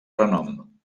renom